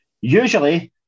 usually